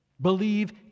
Believe